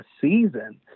season